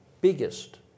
biggest